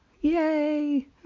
Yay